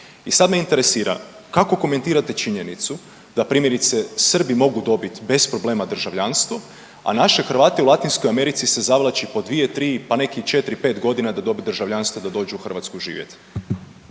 I sada me interesira, kako komentirate činjenicu da primjerice Srbi mogu dobiti bez problema državljanstvo, a naše Hrvate u Latinskoj Americi se zavlači po dvije, tri, pa neki i četiri, pet godina da dobiju državljanstvo da dođu u Hrvatsku živjeti?